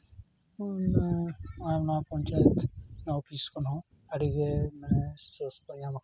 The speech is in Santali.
ᱟᱭᱢᱟ ᱯᱚᱧᱪᱟᱭᱮᱛ ᱚᱯᱷᱤᱥ ᱠᱷᱚᱱ ᱦᱚᱸ ᱢᱟᱱᱮ ᱟᱹᱰᱤᱜᱮ ᱥᱳᱨᱥ ᱠᱚ ᱧᱟᱢᱟᱠᱟᱱᱟ